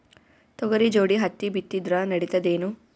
ತೊಗರಿ ಜೋಡಿ ಹತ್ತಿ ಬಿತ್ತಿದ್ರ ನಡಿತದೇನು?